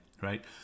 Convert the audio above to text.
right